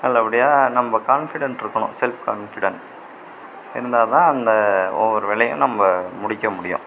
நல்லபடியாக நம்ம கான்ஃபிடன்ட்டு இருக்கணும் செல்ஃப் கான்ஃபிடன்ட் இருந்தாதான் அந்த ஒவ்வொரு வேலையும் நம்ம முடிக்க முடியும்